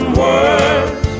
words